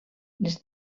les